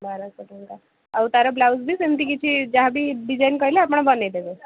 ବାରଶହ ଟଙ୍କା ଆଉ ତାର ବ୍ଲାଉଜ୍ ପିସ୍ ଏମିତି କିଛି ଯାହାବି ଡିଜାଇନ୍ କହିଲେ ଆପଣ ବନାଇ ଦେବେ